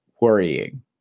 worrying